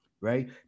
right